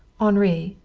henri,